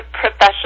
professional